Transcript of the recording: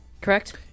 correct